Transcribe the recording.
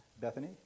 Bethany